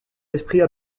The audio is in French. esprits